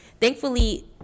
thankfully